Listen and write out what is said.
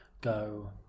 go